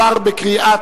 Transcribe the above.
לדיון מוקדם